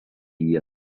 jie